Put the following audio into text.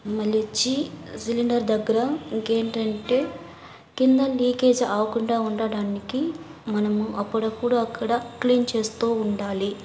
మళ్ళొచ్చి cylinder దగ్గర ఇంకేంటంటే కింద లీకేజ్ అవకుండా ఉండటానికి మనము అప్పుడప్పుడు అక్కడ క్లీన్ చేస్తూ ఉండాలి